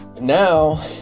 now